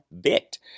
bit